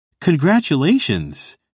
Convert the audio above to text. Congratulations